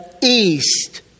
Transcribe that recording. east